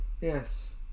Yes